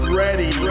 ready